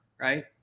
right